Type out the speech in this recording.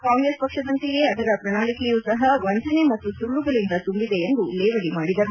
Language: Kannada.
ಕಾಂಗ್ರೆಸ್ ಪಕ್ಷದಂತೆಯೇ ಅದರ ಪ್ರಣಾಳಿಕೆಯೂ ಸಹ ವಂಚನೆ ಮತ್ತು ಸುಳ್ಳುಗಳಿಂದ ತುಂಬಿದೆ ಎಂದು ಲೇವಡಿ ಮಾಡಿದರು